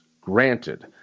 granted